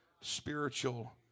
Spiritual